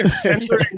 centering